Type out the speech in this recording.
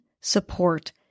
support